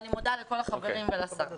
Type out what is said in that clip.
אני מודה לכל החברים ולך השרה.